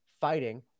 fighting